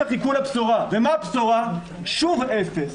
הבשורה היא ששוב אפס.